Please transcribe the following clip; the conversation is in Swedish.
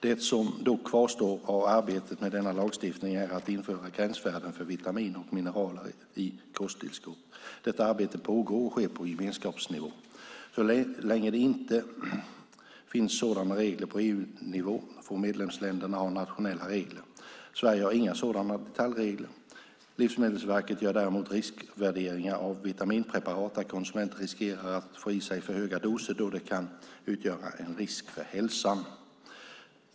Det som dock kvarstår av arbetet med denna lagstiftning är att införa gränsvärden för vitaminer och mineraler i kosttillskott. Detta arbete pågår och sker på gemenskapsnivå. Så länge det inte finns sådana regler på EU-nivå får medlemsländerna ha nationella regler. Sverige har inga sådana detaljregler. Livsmedelsverket gör däremot riskvärderingar av vitaminpreparat där konsumenter riskerar att få i sig för höga doser då de kan utgöra en risk för hälsan.